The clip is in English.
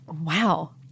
Wow